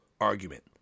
argument